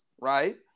right